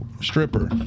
Stripper